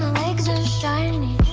legs are shiny